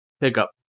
pickup